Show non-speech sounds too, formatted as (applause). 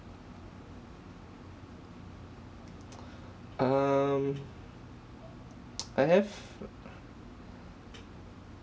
um (noise) I have